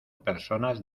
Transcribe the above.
personas